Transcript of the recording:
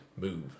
move